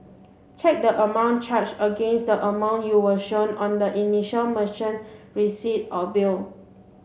check the amount charged against the amount you were shown on the initial merchant receipt or bill